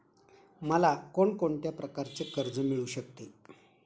मला कोण कोणत्या प्रकारचे कर्ज मिळू शकते?